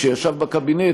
כשישב בקבינט,